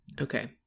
Okay